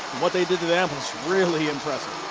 what they did to them was really impressive.